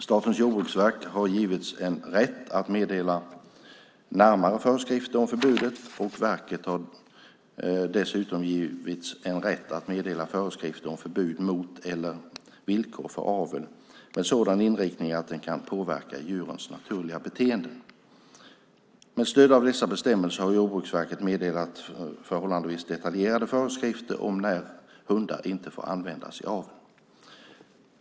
Statens jordbruksverk har givits en rätt att meddela närmare föreskrifter om förbudet, och verket har dessutom givits en rätt att meddela föreskrifter om förbud mot eller villkor för avel med en sådan inriktning att den kan påverka djurens naturliga beteenden. Med stöd av dessa bestämmelser har Jordbruksverket meddelat förhållandevis detaljerade föreskrifter om när hundar inte får användas i avel.